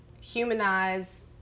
humanize